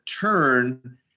turn